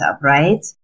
right